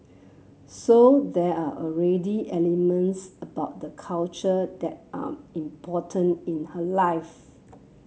so there are already elements about the culture that are important in her life